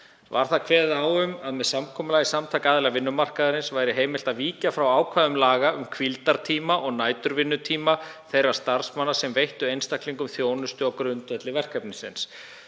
Var þar kveðið á um að með samkomulagi samtaka aðila vinnumarkaðarins væri heimilt að víkja frá ákvæðum laganna um hvíldartíma og næturvinnutíma þeirra starfsmanna sem veittu einstaklingum þjónustu á grundvelli verkefnisins.